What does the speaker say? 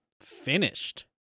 finished